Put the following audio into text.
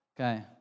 Okay